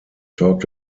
talked